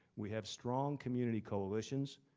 we have strong community coalitions.